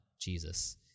Jesus